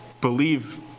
believe